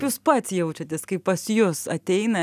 jūs pats jaučiatės kai pas jus ateina